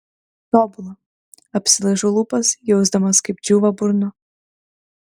tobula apsilaižau lūpas jausdamas kaip džiūva burna